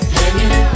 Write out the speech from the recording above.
hanging